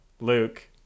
Luke